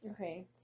Okay